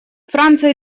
франция